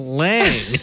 lang